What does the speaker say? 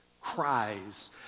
cries